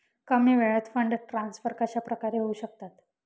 कमी वेळात fund transfer कशाप्रकारे होऊ शकतात?